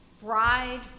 bride